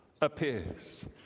appears